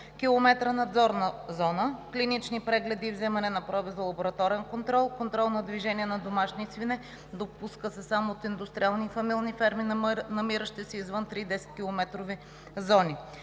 десеткилометрова надзорна зона; клинични прегледи и вземане на проби за лабораторен контрол; контрол на движението на домашни свине – допуска се само от индустриални фамилни ферми, намиращи се извън три